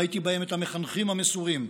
ראיתי בהם את המחנכים המסורים,